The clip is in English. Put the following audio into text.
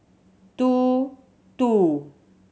two two